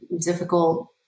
difficult